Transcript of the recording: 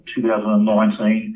2019